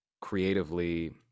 creatively